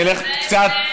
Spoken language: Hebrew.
נלך קצת,